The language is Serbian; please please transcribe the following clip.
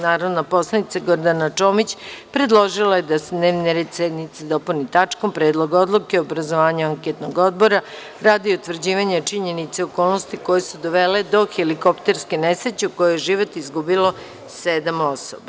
Narodna poslanica Gordana Čomić, predložila je da se dnevni red sednice dopuni tačkom – Predlog odluke o obrazovanju anketnog odbora, radi utvrđivanja činjenica i okolnosti koje su dovele do helikopterske nesreće u kojoj je život izgubilo sedam osoba.